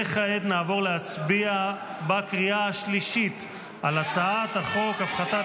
כעת נעבור להצביע בקריאה השלישית על הצעת חוק הפחתת